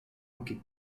anche